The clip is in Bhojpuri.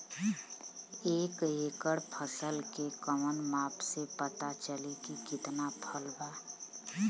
एक एकड़ फसल के कवन माप से पता चली की कितना फल बा?